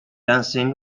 dancing